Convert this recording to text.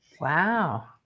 Wow